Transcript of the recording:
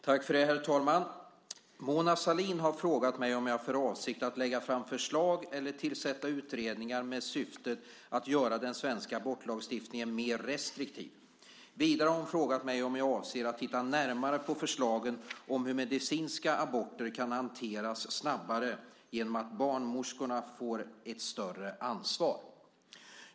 Herr talman! Mona Sahlin har frågat mig om jag har för avsikt att lägga fram förslag eller tillsätta utredningar med syftet att göra den svenska abortlagstiftningen mer restriktiv. Vidare har hon frågat mig om jag avser att titta närmare på förslagen om hur medicinska aborter kan hanteras snabbare genom att barnmorskorna får ett större ansvar.